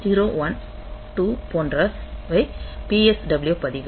0 1 2 போன்றவை PSW பதிவு